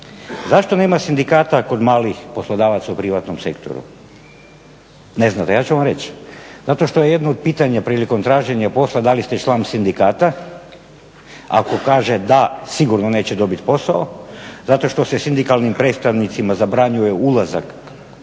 Zašto nema sindikata kod malih poslodavaca u privatnom sektoru? Ne znate, ja ću vam reći. Zato što jedno od pitanja prilikom traženja posla dali ste član sindikata ako kaže da sigurno neće dobiti posao zato što se sindikalnim predstavnicima zabranjuje ulazak u takva